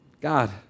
God